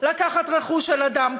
לקחת רכוש של אדם,